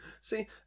See